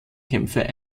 kämpfe